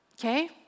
okay